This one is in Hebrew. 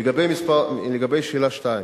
לגבי שאלה 2,